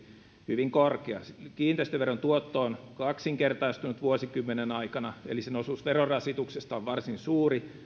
hyvin korkea kiinteistöveron tuotto on kaksinkertaistunut vuosikymmenen aikana eli sen osuus verorasituksesta on varsin suuri